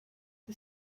the